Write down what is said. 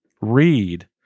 read